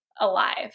alive